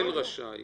המנהל רשאי.